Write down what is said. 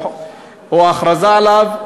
או ההכרזה עליו,